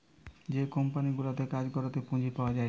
যে কোম্পানি গুলাতে কাজ করাতে পুঁজি পাওয়া যায়টে